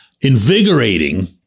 invigorating